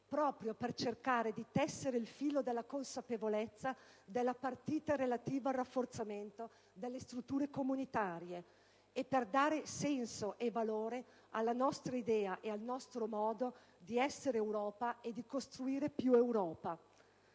proprio per cercare di tessere il filo della consapevolezza della partita relativa al rafforzamento delle strutture comunitarie e per dare senso e valore alla nostra idea e al nostro modo di essere Europa e di costruire più Europa.